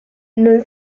non